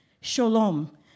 Shalom